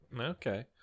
Okay